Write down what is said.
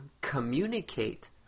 communicate